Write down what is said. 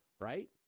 right